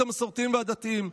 את המסורתיים ואת הדתיים.